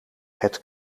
het